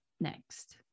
next